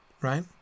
right